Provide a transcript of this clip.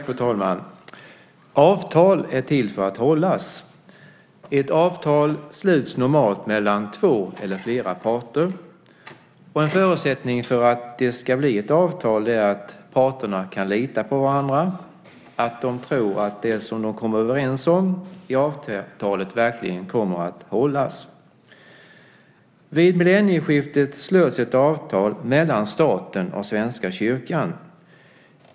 Fru talman! Avtal är till för att hållas. Ett avtal sluts normalt mellan två eller flera parter. En förutsättning för att det ska bli ett avtal är att parterna kan lita på varandra, att de tror att det som de kommer överens om i avtalet verkligen kommer att hållas. Vid millennieskiftet slöts ett avtal mellan staten och Svenska kyrkan.